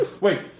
Wait